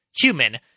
human